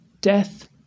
Death